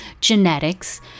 genetics